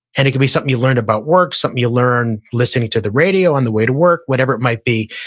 and it could be something you learned about work, something you learned listening to the radio on the way to work, whatever it might be.